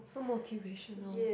so motivational